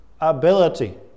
ability